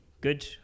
Good